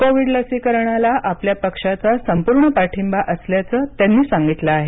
Covid लसीकरणाला आपल्या पक्षाचा संपूर्ण पारिंबा असल्याचं त्यांनी सांगितलं आहे